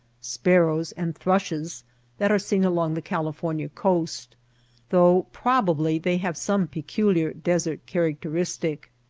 sparrows, and thrushes that are seen along the california coast though probably they have some peculiar desert characteristic.